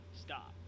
stop